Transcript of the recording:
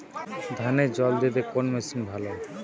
ধানে জল দিতে কোন মেশিন ভালো?